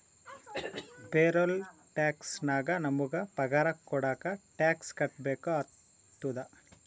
payroll tax ನಾಗ್ ನಮುಗ ಪಗಾರ ಕೊಡಾಗ್ ಟ್ಯಾಕ್ಸ್ ಕಟ್ಬೇಕ ಆತ್ತುದ